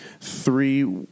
three